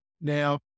Now